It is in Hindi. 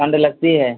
ठंड लगती है